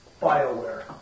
Bioware